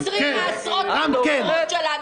אנחנו מעשרים מעשרות מן המשכורות שלנו.